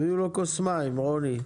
תביאו לו כוס מים רוני.